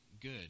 good